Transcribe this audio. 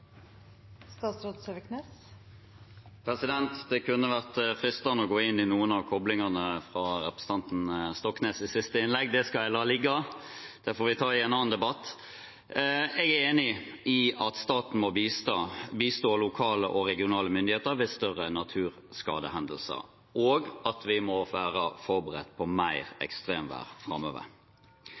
Det kunne vært fristende å gå inn i noen av koblingene fra representanten Stoknes’ siste innlegg. Det skal jeg la ligge. Det får vi ta i en annen debatt. Jeg er enig i at staten må bistå lokale og regionale myndigheter ved større naturskadehendelser, og at vi må være forberedt på mer ekstremvær framover.